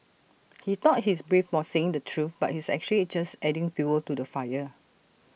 he thought he's brave for saying the truth but he's actually just adding fuel to the fire